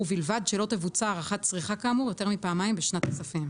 ובלבד שלא תבוצע הערכת צריכה כאמור יותר מפעמיים בשנת כספים,